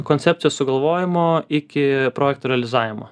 koncepcijos sugalvojimo iki projekto realizavimo